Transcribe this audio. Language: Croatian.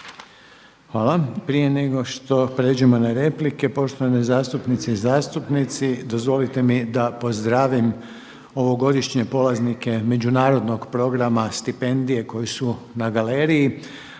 Hvala. Prije nego što pređemo na replike poštovane zastupnice i zastupnici dozvolite mi da pozdravim ovogodišnje polaznike međunarodnog programa stipendije koji su na galeriji